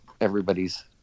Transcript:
everybody's